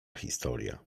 historia